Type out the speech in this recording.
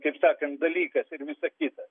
kaip sakant dalykas ir visa kita